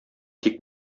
тик